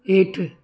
हेठि